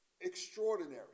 Extraordinary